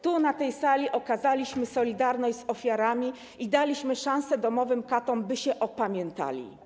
Tu, na tej sali, okazaliśmy solidarność z ofiarami i daliśmy szansę domowym katom, by się opamiętali.